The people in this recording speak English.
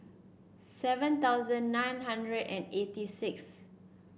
seven thousand nine hundred and eighty sixth